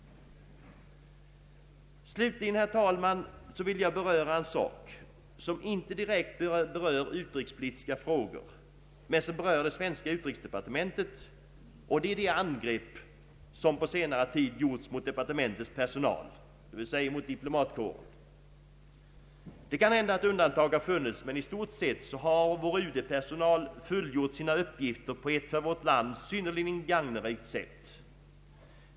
Slutligen, herr talman, vill jag ta upp en sak som inte direkt berör utrikespolitiska frågor men som berör det svenska utrikesdepartementet, nämligen de angrepp som på senare tid gjorts mot departementets personal, d. v. s. mot diplomatkåren. Det kan hända att undantag har funnits, men i stort sett har vår UD-personal fullgjort sina uppgifter på ett för vårt land synnerligen gagnerikt sätt.